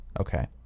Okay